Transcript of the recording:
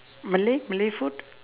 malay malay food